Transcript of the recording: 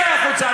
צא החוצה,